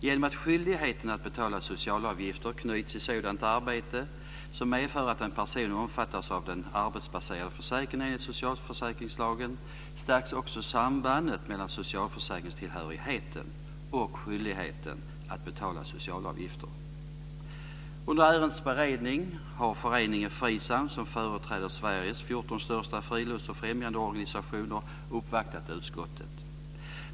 Genom att skyldigheten att betala socialavgifter knyts till sådant arbete som medför att en person omfattas av den arbetsbaserade försäkringen enligt socialförsäkringslagen stärks också sambandet mellan socialförsäkringstillhörigheten och skyldigheten att betala socialavgifter. SAM, som företräder Sveriges 14 största frilufts och främjandeorganisationer, uppvaktat utskottet.